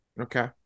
Okay